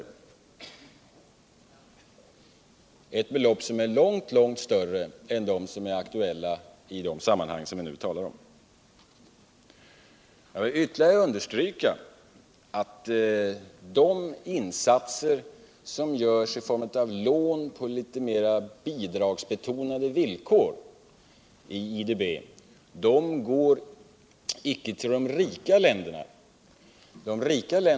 Det är ett belopp som är långt större än de som är aktuella i det sammanhang vi nu talar om. Jag vill ytterligare understryka att de insatser som görs i form av lån från IDB på litet mera bidragsbetonade villkor icke går ull de rika länderna.